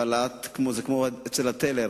אבל זה כמו אצל הטלר.